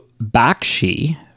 Bakshi